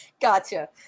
Gotcha